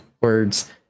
words